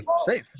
safe